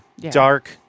dark